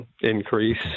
increase